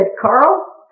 Carl